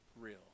real